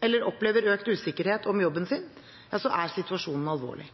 eller opplever økt usikkerhet om jobben sin, er situasjonen alvorlig.